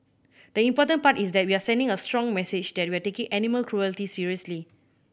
the important part is that we are sending a strong message that we are taking animal cruelty seriously